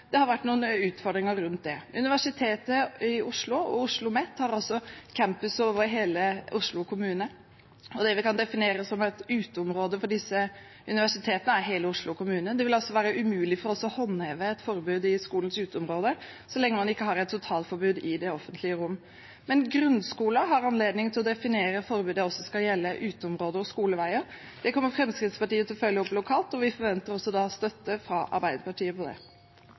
det har vært noen utfordringer rundt det. Universitetet i Oslo og OsloMet har campuser over hele Oslo kommune, og det vi kan definere som uteområde for disse universitetene, er hele Oslo kommune. Det vil altså være umulig for oss å håndheve et forbud i skolenes uteområde så lenge man ikke har et totalforbud i det offentlige rom. Men grunnskoler har anledning til å definere et forbud som også skal gjelde uteområder og skoleveier. Det kommer Fremskrittspartiet til å følge opp lokalt, og vi forventer da støtte fra Arbeiderpartiet på det.